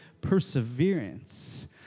perseverance